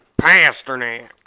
Pasternak